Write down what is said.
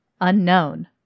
Unknown